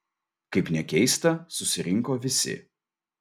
kaip nekeista susirinko visi